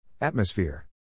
Atmosphere